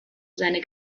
seine